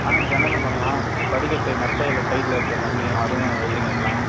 ஆ ஜன்னலும் பண்ணலாம் படிக்கட்டு மெத்தையில் சைடில் வைக்கிற கம்பி அதுவும் வெல்டிங் வைக்கலாம்